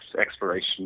exploration